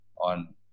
on